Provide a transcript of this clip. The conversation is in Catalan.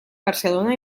barcelona